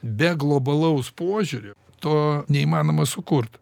be globalaus požiūrio to neįmanoma sukurt